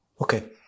okay